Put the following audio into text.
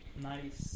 nice